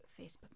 Facebook